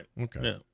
Okay